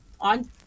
on